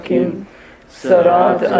Sarat